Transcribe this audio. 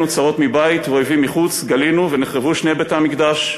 צרות מבית ואויבים מחוץ גלינו ונחרבו שני בתי-המקדש.